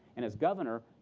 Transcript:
and as governor,